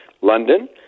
London